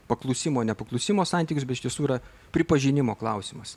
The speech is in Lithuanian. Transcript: paklusimo nepaklusimo santykis bet iš tiesų yra pripažinimo klausimas